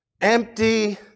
empty